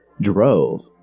drove